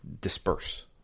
disperse